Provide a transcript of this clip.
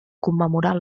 commemorar